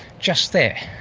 just there,